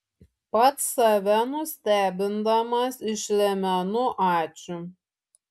pats save nustebindamas išlemenu ačiū